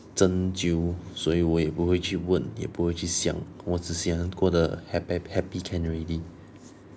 挣纠所以我也不会去问也不会去想我只想过的 hap~ happy happy can already